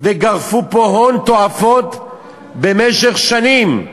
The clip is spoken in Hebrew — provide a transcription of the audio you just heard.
וגרפו פה הון תועפות במשך שנים.